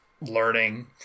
learning